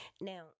Now